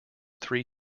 three